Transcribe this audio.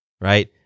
right